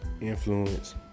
influence